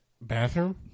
Bathroom